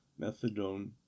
methadone